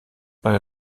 bei